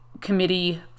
committee